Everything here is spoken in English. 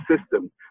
system